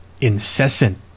incessant